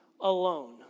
alone